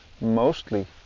mostly